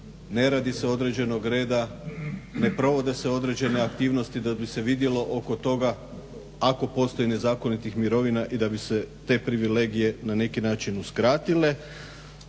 ne radi se o određenog reda, ne provode se određene aktivnosti da bi se vidjelo oko toga ako postoji nezakonitih mirovina i da bi se te privilegije na neki način uskratile.